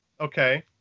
Okay